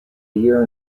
year